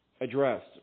addressed